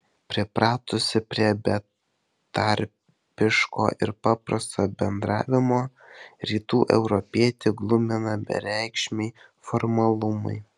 pripratusį prie betarpiško ir paprasto bendravimo rytų europietį glumina bereikšmiai formalumai